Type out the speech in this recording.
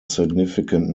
significant